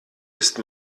ist